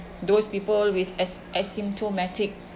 those people with as~ asymptomatic